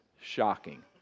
shocking